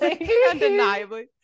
Undeniably